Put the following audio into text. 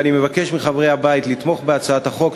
ואני מבקש מחברי הבית לתמוך בהצעת החוק.